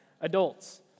adults